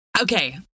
okay